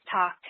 talk